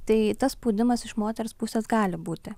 tai tas spaudimas iš moters pusės gali būti